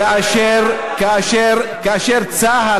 כאשר צה"ל,